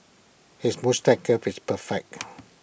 his moustache curl is perfect